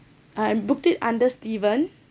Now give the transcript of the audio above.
I booked it under steven